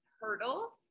hurdles